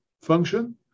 function